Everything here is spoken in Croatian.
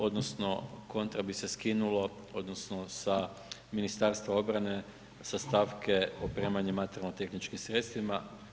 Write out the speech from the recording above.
Odnosno kontra bi se skinulo, odnosno sa Ministarstva obrane sa stavke opremanje materijalno tehničkim sredstvima.